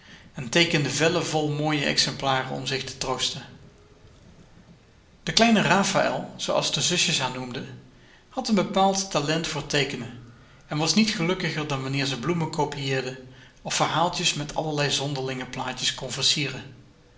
en teekende vellen vol mooie exemplaren om zich te troosten de klein raphaël zooals de zusjes haar noemden had een bepaald talent voor teekenen en was niet gelukkiger dan wanneer ze bloemen copieerde of verhaaltjes met allerlei zonderlinge plaatjes